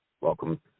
Welcome